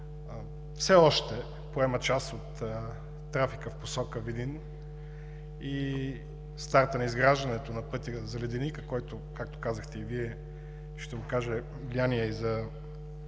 все още поема част от трафика в посока Видин и старта на изграждането на пътя за Леденика, който, както казахте и Вие, ще окаже влияние за